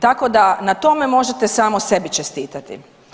Tako da na tome možete samo sebi čestitati.